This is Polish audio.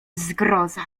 zgroza